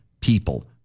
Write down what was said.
people